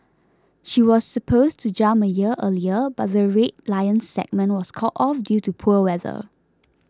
she was supposed to jump a year earlier but the Red Lions segment was called off due to poor weather